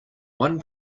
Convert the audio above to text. one